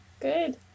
Good